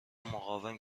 مقاوم